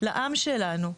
לעם שלנו,